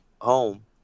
home